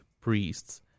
priests